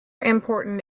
important